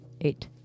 Eight